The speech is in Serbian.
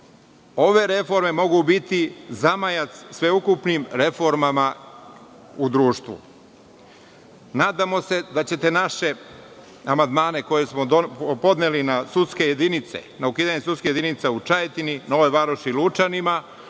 reforme mogu biti zamajac sveukupnim reformama u društvu. Nadamo se da ćete naše amandmane koje smo podneli na sudske jedinice, na ukidanje istih u Čajetini, Novoj Varoši i Lučanima,